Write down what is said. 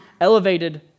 elevated